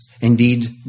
indeed